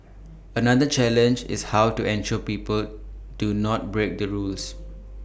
another challenge is how to ensure people do not break the rules